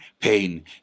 pain